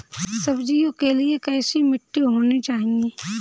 सब्जियों के लिए कैसी मिट्टी होनी चाहिए?